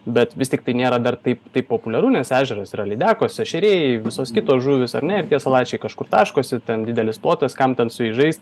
bet vis tiktai nėra dar taip tai populiaru nes ežeras yra lydekos ešeriai visos kitos žuvys ar ne ir tie salačiai kažkur taškosi ten didelis plotas kam ten su jais žaist